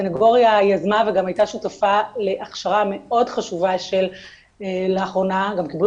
הסנגוריה הייתה שותפה להכשרה מאוד חשובה מאוד חשובה שלאחרונה גם קיבלו